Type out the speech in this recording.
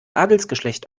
adelsgeschlecht